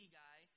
guy